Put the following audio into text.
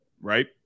right